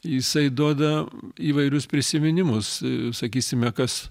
jisai duoda įvairius prisiminimus sakysime kas